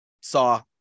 saw